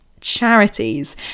charities